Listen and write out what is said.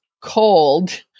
cold